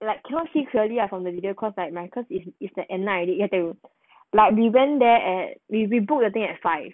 like cannot see clearly lah from the video cause like my cause it's the end lah already you have to like we went there at we book the thing at five